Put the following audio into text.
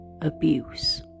abuse